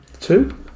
two